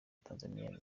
tanzaniya